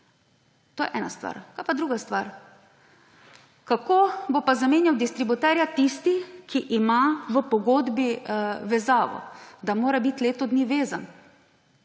To je ena stvar. Kaj pa druga stvar? Kako bo pa zamenjal distributerja tisti, ki ima v pogodbi vezavo, da mora biti leto dni vezan?